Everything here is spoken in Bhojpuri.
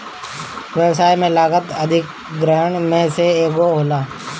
व्यवसाय में लागत अधिग्रहण में से एगो होला